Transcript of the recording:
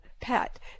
pet